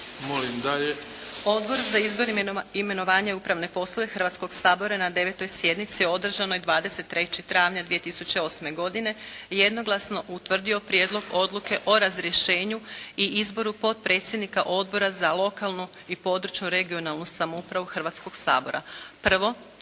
Odbor za izbor, imenovanje i upravne poslove Hrvatskoga sabora je na 10. sjednici održanoj 25. travnja 2008. godine jednoglasno utvrdio Prijedlog odluke o razrješenju i izboru člana Odbora za obrazovanje, znanost i kulturu Hrvatskoga sabora. Prvo,